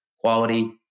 quality